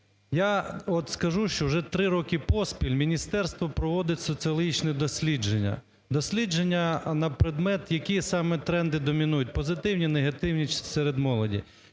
от скажу, що вже 3 роки поспіль міністерство проводить соціологічне дослідження, дослідження на предмет, які саме тренди домінують позитивні, негативні серед молоді?